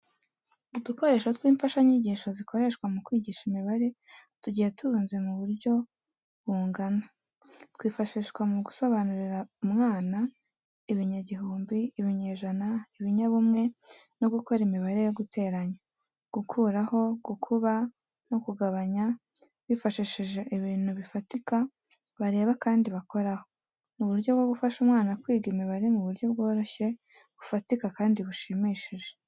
Udukoresho tw'imfashanyigisho zikoreshwa mu kwigisha imibare tugiye turunze mu butyo bungana, twifashishwa mu gusobanurira umwana ibinyagihumbi, ibinyejana, ibinyabumwe no gukora imibare yo guteranya, gukuraho, gukuba no kugabanya bifashishije ibintu bifatika bareba kandi bakoraho. Ni uburyo bwo gufasha umwana kwiga imibare mu buryo bworoshye, bufatika kandi bushimishije.